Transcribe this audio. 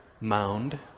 mound